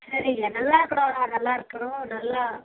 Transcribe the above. சரிங்க நல்லாயிருக்கணும் நல்லாயிருக்கணும் நல்லா